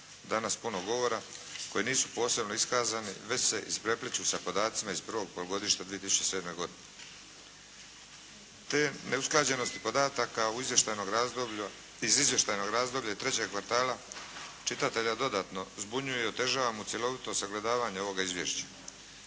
danas puno govora, koji nisu posebno iskazani već se isprepliću sa podacima iz prvog polugodišta 2007. godine te neusklađenosti podataka u izvještajnom razdoblju, iz izvještajnog razdoblja trećeg kvartala čitatelja dodatno zbunjuje i otežava mu cjelovito sagledavanje ovoga izvješća.